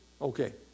Okay